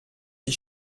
die